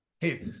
Hey